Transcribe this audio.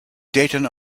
dayton